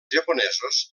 japonesos